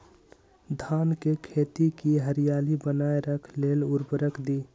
धान के खेती की हरियाली बनाय रख लेल उवर्रक दी?